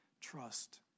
trust